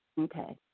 Okay